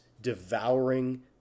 devouring